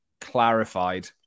clarified